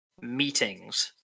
meetings